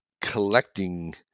collecting